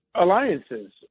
alliances